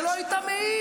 הרי לא היית מעז.